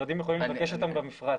המשרדים יכולים לבקש אותם במפרט.